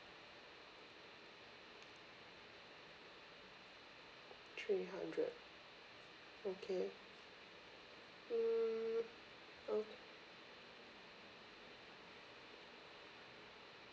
three hundred okay mm oh